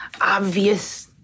obvious